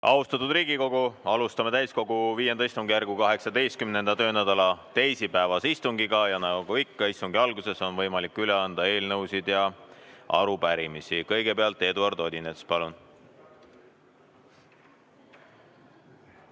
Austatud Riigikogu! Alustame täiskogu V istungjärgu 18. töönädala teisipäevast istungit. Nagu ikka on istungi alguses võimalik üle anda eelnõusid ja arupärimisi. Kõigepealt Eduard Odinets, palun!